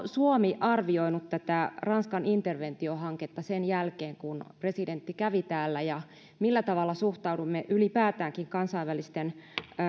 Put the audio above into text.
suomi arvioinut tätä ranskan interventiohanketta sen jälkeen kun presidentti kävi täällä ja millä tavalla suhtaudumme ylipäätäänkin kansainvälisten